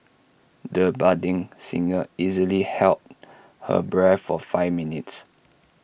the budding singer easily held her breath for five minutes